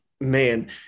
Man